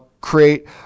create